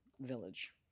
village